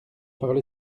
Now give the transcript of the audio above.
parole